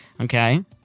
Okay